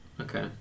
Okay